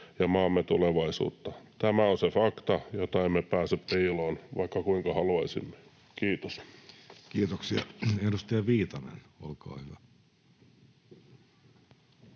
ja maamme tulevaisuutta. Tämä on se fakta, jota emme pääse piiloon, vaikka kuinka haluaisimme. — Kiitos. Kiitoksia. — Edustaja Viitanen, olkaa hyvä.